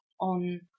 on